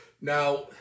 Now